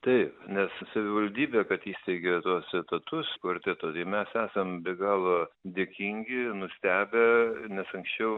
taip nes savivaldybė kad įsteigė tuos etatus kvarteto tai mes esam be galo dėkingi nustebę nes anksčiau